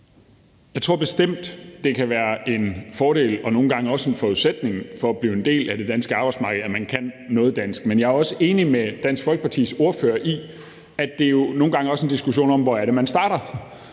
Jeg tror bestemt, det kan være en fordel og nogle gange også en forudsætning for at blive en del af det danske arbejdsmarked, at man kan noget dansk. Men jeg er også enig med Dansk Folkepartis ordfører i, at det jo nogle gange også er en diskussion om, hvor det er, man starter.